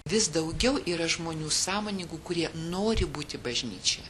vis daugiau yra žmonių sąmoningų kurie nori būti bažnyčioje